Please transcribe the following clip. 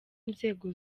nzego